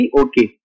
okay